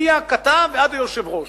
מכתב ועד יושב-ראש,